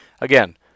again